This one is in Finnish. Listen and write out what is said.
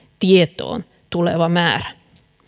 tietoon tuleva määrä